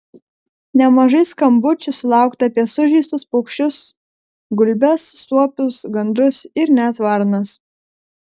nemažai skambučių sulaukta apie sužeistus paukščius gulbes suopius gandrus ir net varnas